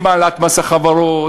עם העלאת מס החברות,